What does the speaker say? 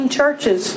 churches